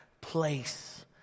place